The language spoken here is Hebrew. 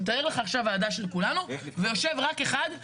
תאר לך עכשיו ועדה של כולנו ויושב רק אחד.